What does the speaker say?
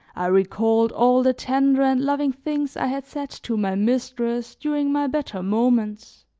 i recalled all the tender and loving things i had said to my mistress during my better moments,